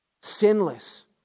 Sinless